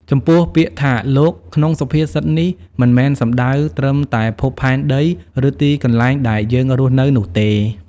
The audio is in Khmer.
ចំពោះ ពាក្យថា "លោក" ក្នុងសុភាសិតនេះ មិនមែនសំដៅត្រឹមតែភពផែនដី ឬទីកន្លែងដែលយើងរស់នៅនោះទេ។